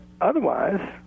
otherwise